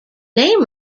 name